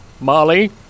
Molly